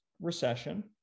recession